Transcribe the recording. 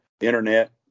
internet